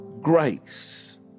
grace